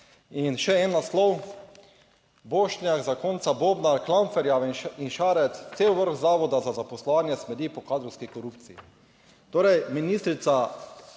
In še en naslov, Bošnjak, zakonca Bobnar, Klampferja in Šarec, cel vrh Zavoda za zaposlovanje smrdi(?) po kadrovski korupciji. Torej, ministrica,